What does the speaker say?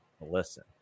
Listen